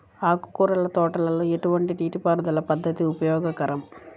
ఆకుకూరల తోటలలో ఎటువంటి నీటిపారుదల పద్దతి ఉపయోగకరం?